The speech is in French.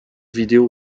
vidéo